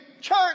church